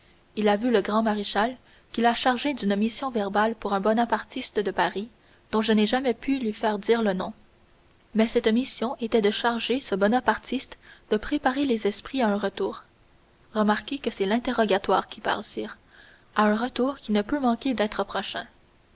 il y a vu le grand maréchal qui l'a chargé d'une mission verbale pour un bonapartiste de paris dont je n'ai jamais pu lui faire dire le nom mais cette mission était de charger ce bonapartiste de préparer les esprits à un retour remarquez que c'est l'interrogatoire qui parle sire à un retour qui ne peut manquer d'être prochain